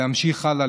להמשיך הלאה,